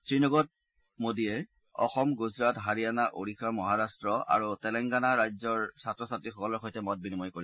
শ্ৰীনগৰত শ্ৰীমোডীয়ে অসম গুজৰাট হাৰিয়ানা ওড়িশা মহাৰাট্ট আৰু তেলেংগানা ৰাজ্যৰ ছাত্ৰ ছাত্ৰীসকলৰ সৈতে মত বিনিময় কৰিব